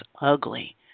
ugly